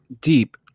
deep